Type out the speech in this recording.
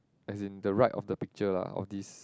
as in the right of the picture lah of this